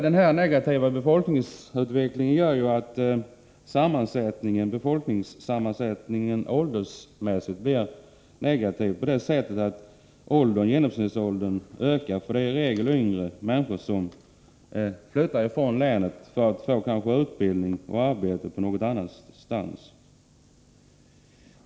Denna negativa befolkningsutveckling gör att befolkningssammansättningen åldersmässigt blir negativ på det sättet att genomsnittsåldern ökar, eftersom det i regel är yngre människor som flyttar från länet för att få utbildning och arbete någon annanstans.